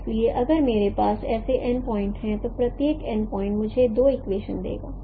इसलिए अगर मेरे पास ऐसे n प्वाइंट हैं तो प्रत्येक n प्वाइंट मुझे दो इक्वेशन देंगे